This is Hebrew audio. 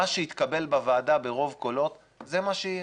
מה שיתקבל בוועדה ברוב קולות זה מה שיהיה.